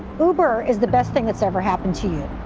uber is the best thing that's ever happened to you.